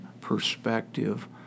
perspective